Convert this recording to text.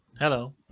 hello